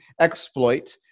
exploit